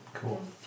Cool